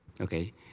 Okay